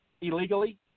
illegally